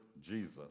Jesus